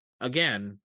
again